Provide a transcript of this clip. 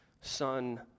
son